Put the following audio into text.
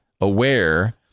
aware